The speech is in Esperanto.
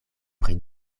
pri